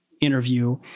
interview